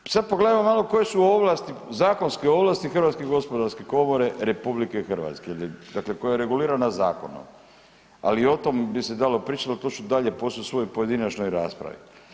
Da li je, sad pogledajmo malo koje su ovlasti, zakonske ovlasti Hrvatske gospodarske komore RH, dakle koja je regulirana zakonom, ali i o tom bi se dalo pričati, ali to ću dalje poslije u svojoj pojedinačnoj raspravi.